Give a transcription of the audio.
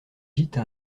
gîtes